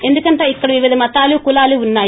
ఎందుకంటే ఇక్కడ వివిధ మతాలూ కులాలు ఉన్నాయి